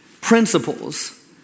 principles